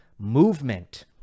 movement